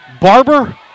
Barber